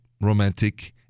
romantic